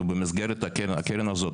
ובמסגרת הקרן הזאת,